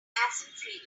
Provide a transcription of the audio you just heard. freedom